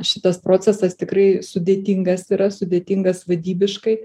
šitas procesas tikrai sudėtingas yra sudėtingas vadybiškai